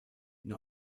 nur